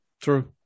True